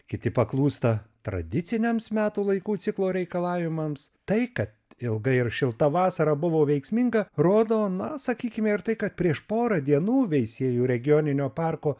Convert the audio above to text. kiti paklūsta tradiciniems metų laikų ciklo reikalavimams tai kad ilga ir šilta vasara buvo veiksminga rodo na sakykime ir tai kad prieš porą dienų veisiejų regioninio parko